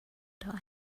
die